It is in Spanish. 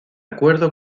acuerdo